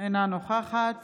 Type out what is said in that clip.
אינה נוכחת